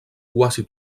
quasi